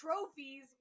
trophies